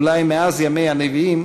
אולי מאז ימי הנביאים,